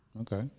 Okay